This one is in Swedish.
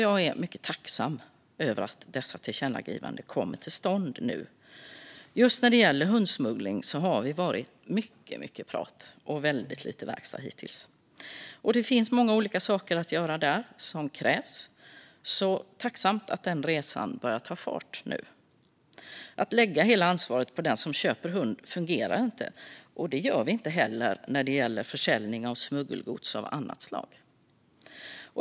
Jag är mycket tacksam över att dessa tillkännagivanden nu kommer till stånd. Just när det gäller hundsmuggling har det varit mycket prat och väldigt lite verkstad hittills, och det finns många olika saker att göra där. Jag är därför tacksam att den resan börjar ta fart nu. Att lägga hela ansvaret på den som köper hund fungerar inte, och det gör vi inte heller när det gäller försäljning av smuggelgods av annat slag.